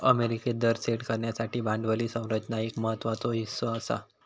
अमेरिकेत दर सेट करण्यासाठी भांडवली संरचना एक महत्त्वाचो हीस्सा आसा